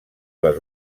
les